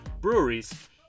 breweries